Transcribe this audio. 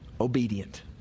Obedient